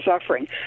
suffering